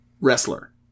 wrestler